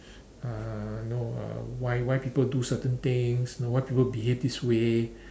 uh no uh why why people do certain things know why people behave this way